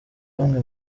bamwe